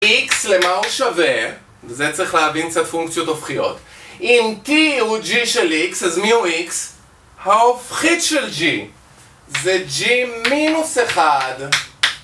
x למה הוא שווה, זה צריך להבין, זה פונקציות הופכיות אם t הוא g של x אז מי הוא x? ההופכית של g זה g מינוס 1